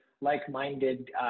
like-minded